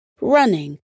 running